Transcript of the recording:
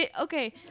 Okay